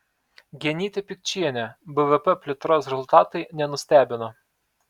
genytė pikčienė bvp plėtros rezultatai nenustebino